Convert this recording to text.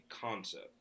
concept